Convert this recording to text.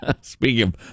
speaking